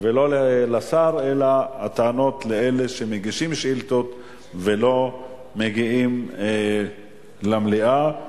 ולא לשר אלא הטענות לאלה שמגישים שאילתות ולא מגיעים למליאה.